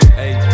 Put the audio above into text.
hey